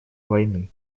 войны